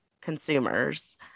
consumers